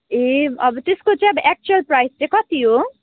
ए अब त्यसको चाहिँ अब एक्चुअल प्राइस चाहिँ कति हो